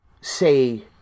say